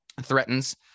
threatens